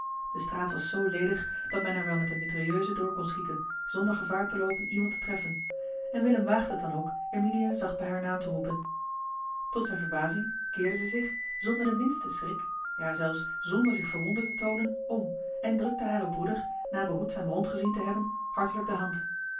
de straat was zoo ledig dat men er wel met eene mitrailleuse door kon schieten zonder gevaar te loopen iemand te treffen en willem waagde het dan ook emilia zacht bij haar naam te roepen tot zijne verbazing keerde ze zich zonder den minsten schrik ja zelfs zonder zich verwonderd te toonen om en drukte haren broeder na behoedzaam rondgezien te hebben hartelijk de hand